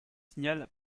signal